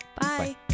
Bye